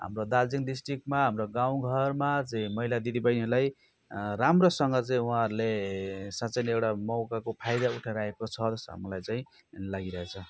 हाम्रो दार्जिलिङ डिस्ट्रिक्टमा हाम्रो गाउँघरमा चाहिँ महिला दिदी बहिनीहरूलाई राम्रोसँग चाहिँ उहाँहरूले साँच्चै नै एउटा मौकाको फाइदा उठाइरहेको छ जस्तो हामीलाई चाहिँ लागिरहेको छ